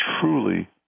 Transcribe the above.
truly